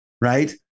right